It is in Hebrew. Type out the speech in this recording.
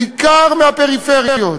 בעיקר מהפריפריה,